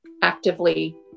actively